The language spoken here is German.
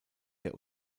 der